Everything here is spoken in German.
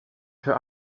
für